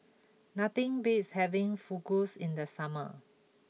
nothing beats having Fugus in the summer